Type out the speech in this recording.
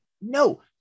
No